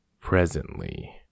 Presently